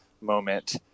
moment